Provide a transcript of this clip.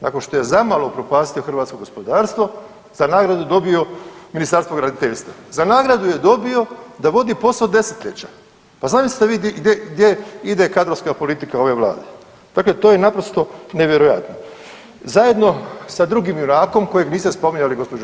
Nakon što je za malo upropastio hrvatsko gospodarstvo za nagradu dobio Ministarstvo graditeljstva, za nagradu je dobio da vodi posao 10-ljeća, pa zamislite vi gdje ide kadrovska politika ove vlade, dakle to je naprosto nevjerojatno, zajedno sa drugim junakom kojeg niste spominjali gđo.